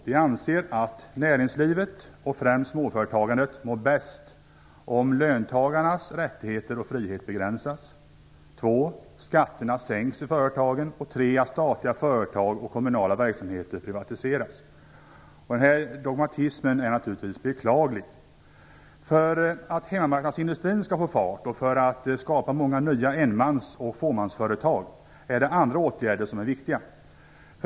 De anser att näringslivet och främst småföretagandet mår bäst 2. skatterna sänks i företagen och Denna dogmatism är naturligtvis beklaglig. För att hemmamarknadsindustrin skall få fart och för att skapa många nya enmans och fåmansföretag är det andra åtgärder som är viktiga.